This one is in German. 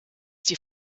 die